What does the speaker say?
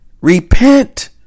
Repent